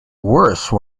worse